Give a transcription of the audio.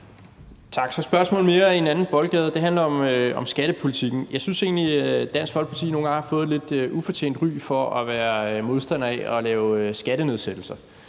har et spørgsmål mere i en anden boldgade. Det handler om skattepolitikken. Jeg synes egentlig, at Dansk Folkeparti nogle gange har fået et lidt ufortjent ry for at være modstander af at lave skattenedsættelser.